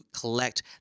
collect